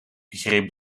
greep